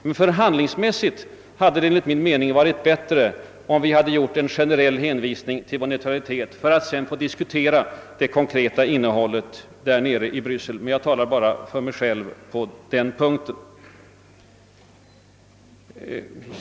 Men förhandlingsmässigt hade det enligt min mening varit bättre, om vi hade gjort en sådan generell hänvisning, för att sedan få diskutera det konkreta innehållet av de nödvändiga förbehållen nere i Bryssel. Jag talar emellertid bara för mig själv på den punkten.